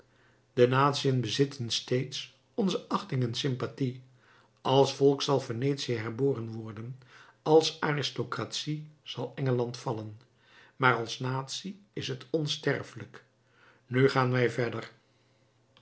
de natiën bezitten steeds onze achting en sympathie als volk zal venetië herboren worden als aristocratie zal engeland vallen maar als natie is het onsterfelijk nu gaan wij verder